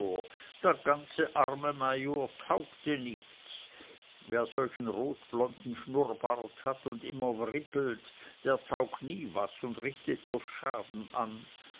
der ganze arme major taugte nichts wer solchen rotblonden schnurrbart hat und immer wribbelt der taugt nie was und richtet bloß schaden an